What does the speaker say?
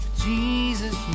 Jesus